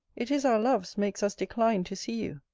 it is our loves makes us decline to see you.